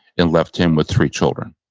and left him with three children